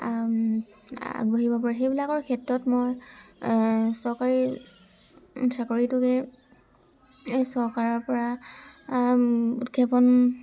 আগবাঢ়িব পাৰে সেইবিলাকৰ ক্ষেত্ৰত মই চৰকাৰী চাকৰিটোকে চৰকাৰৰপৰা উৎক্ষেপণ